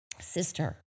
Sister